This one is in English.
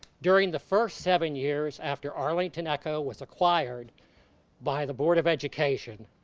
during the first seven years after arlington echo was acquired by the board of education,